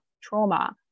trauma